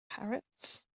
parrots